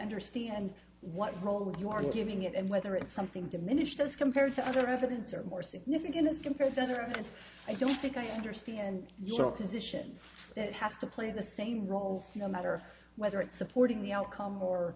understand why roland you are giving it and whether it's something diminished as compared to other evidence or more significant as compared to other accounts i don't think i understand your position that it has to play the same role no matter whether it supporting the outcome or